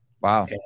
Wow